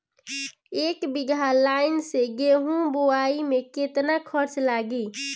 एक बीगहा लाईन से गेहूं बोआई में केतना खर्चा लागी?